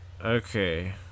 Okay